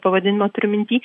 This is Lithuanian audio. pavadinimą turiu minty